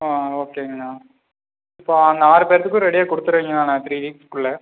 ஆ ஓகேங்கண்ணா இப்போ அவங்க ஆறுபேர்த்துக்கும் ரெடியாக கொடுத்துருவிங்களாண்ணா த்ரீ வீக்ஸ்குள்ளே